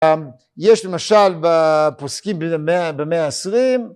יש למשל פוסקים במאה העשרים